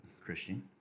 christian